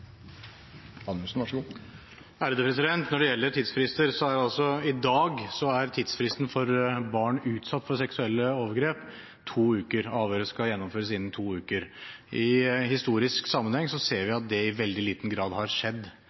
Når det gjelder tidsfrister i dag, er tidsfristen for barn som er utsatt for seksuelle overgrep, at avhøret skal gjennomføres innen to uker. I historisk sammenheng ser vi at det i veldig liten grad har skjedd.